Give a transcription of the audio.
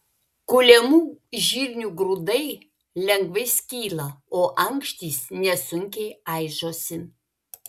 kuliamų žirnių grūdai lengvai skyla o ankštys nesunkiai aižosi